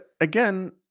again